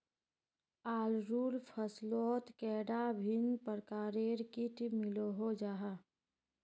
आलूर फसलोत कैडा भिन्न प्रकारेर किट मिलोहो जाहा?